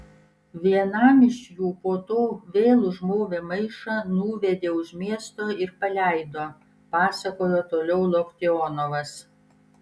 vienam iš jų po to vėl užmovė maišą nuvedė už miesto ir paleido pasakojo toliau loktionovas